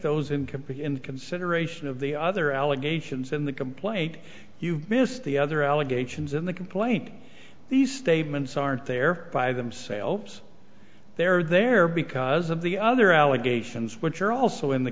those in consideration of the other allegations in the complaint you missed the other allegations in the complaint these statements aren't there by themselves they're there because of the other allegations which are also in the